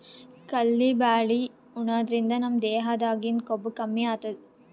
ಕಲ್ದಿ ಬ್ಯಾಳಿ ಉಣಾದ್ರಿನ್ದ ನಮ್ ದೇಹದಾಗಿಂದ್ ಕೊಬ್ಬ ಕಮ್ಮಿ ಆತದ್